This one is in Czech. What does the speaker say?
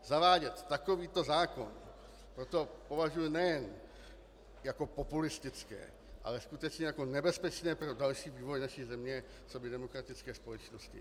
Zavádět takovýto zákon proto považuji nejen za populistické, ale skutečně jako nebezpečné pro další vývoj naší země coby demokratické společnosti.